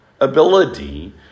ability